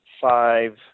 five